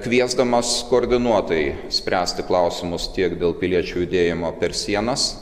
kviesdamas koordinuotai spręsti klausimus tiek dėl piliečių judėjimo per sienas